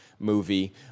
movie